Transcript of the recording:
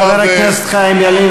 חבר הכנסת חיים ילין,